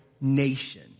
nation